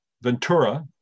Ventura